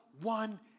one